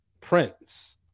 Prince